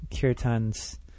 Kirtan's